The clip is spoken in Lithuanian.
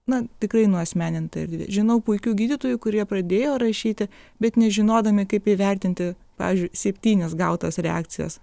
na tikrai nuasmeninta ir žinau puikių gydytojų kurie pradėjo rašyti bet nežinodami kaip įvertinti pavyzdžiui septynias gautas reakcijas